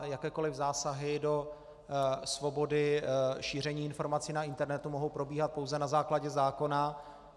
Jakékoliv zásahy do svobody šíření informací na internetu mohou probíhat pouze na základě zákona.